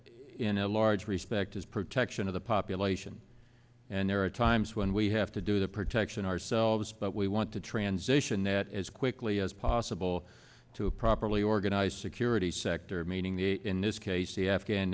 in a large respect is protection of the population and there are times when we have to do the protection ourselves but we want to transition it as quickly as possible to a properly organized security sector meaning the in this case the afghan